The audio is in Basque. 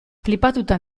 flipatuta